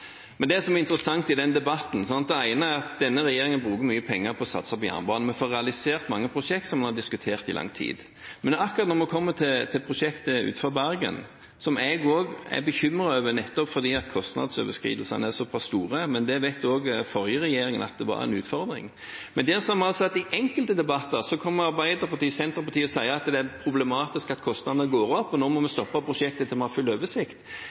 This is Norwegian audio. Men det som er interessant i denne debatten, er at denne regjeringen bruker mye penger på å satse på jernbanen. Vi får realisert mange prosjekter som vi har diskutert i lang tid. Men akkurat når det kommer til prosjektet utenfor Bergen, er også jeg bekymret, nettopp fordi kostnadsoverskridelsene er såpass store. Men også den forrige regjeringen visste at det var en utfordring. I enkelte debatter kommer Arbeiderpartiet og Senterpartiet og sier at det er problematisk at kostnadene går opp, vi må stoppe prosjektet til vi har full oversikt. I andre debatter har jeg fått spørsmål – bl.a. fra representanten Rommetveit – der de sier at nå må vi ha full